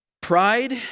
pride